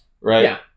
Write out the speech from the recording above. Right